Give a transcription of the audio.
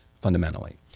fundamentally